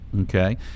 Okay